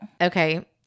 Okay